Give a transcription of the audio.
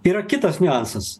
yra kitas niuansas